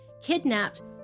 kidnapped